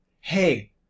hey